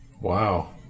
Wow